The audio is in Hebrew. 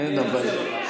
אין לך,